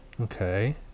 Okay